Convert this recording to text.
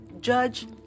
Judge